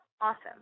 awesome